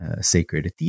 sacred